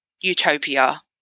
utopia